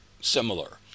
similar